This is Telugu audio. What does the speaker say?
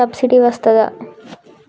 సబ్సిడీ వస్తదా?